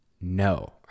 No